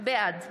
בעד